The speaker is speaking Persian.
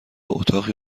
اتاقی